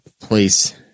place